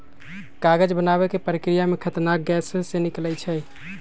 कागज बनाबे के प्रक्रिया में खतरनाक गैसें से निकलै छै